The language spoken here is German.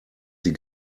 sie